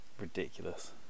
Ridiculous